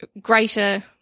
greater